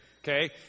Okay